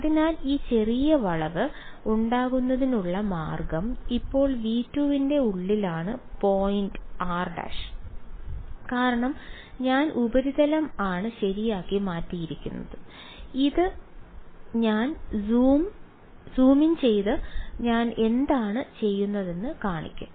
അതിനാൽ ഈ ചെറിയ വളവ് ഉണ്ടാക്കുന്നതിനുള്ള മാർഗം ഇപ്പോൾ V2 ന്റെ ഉള്ളിലാണ് പോയിന്റ് r′ കാരണം ഞാൻ ഉപരിതലം അൽപ്പം ശരിയാക്കി മാറ്റിയിരിക്കുന്നു ഇത് ഞാൻ സൂം ഇൻ ചെയ്ത് ഞാൻ എന്താണ് ചെയ്യുന്നതെന്ന് കാണിക്കും